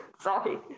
sorry